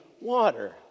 water